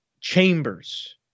chambers